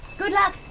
good luck.